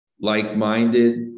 like-minded